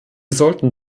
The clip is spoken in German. sollten